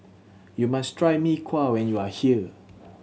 you must try Mee Kuah when you are here